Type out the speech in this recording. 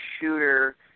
shooter